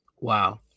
Wow